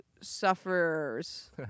sufferers